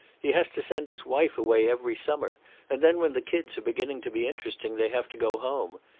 he has to send his wife away every summer and then when the kids are beginning to be interesting they have to go home.